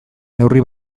neurri